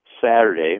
Saturday